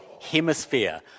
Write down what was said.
hemisphere